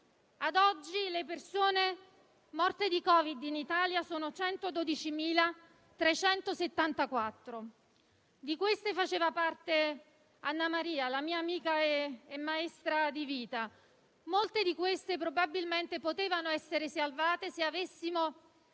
Ad oggi le persone morte di Covid in Italia sono 112.374; di queste faceva parte Annamaria, la mia amica e maestra di vita. Molte di queste probabilmente potevano essere salvate, se avessimo